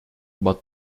but